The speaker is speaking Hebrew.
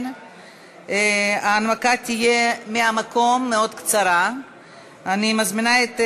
זכויותיהם וחובותיהם (תיקון,